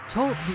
Talk